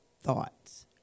thoughts